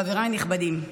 חבריי הנכבדים,